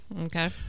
okay